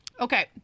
Okay